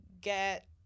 get